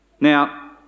Now